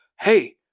hey